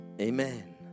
Amen